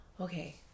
okay